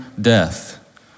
death